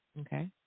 Okay